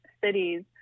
cities